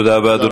תודה רבה.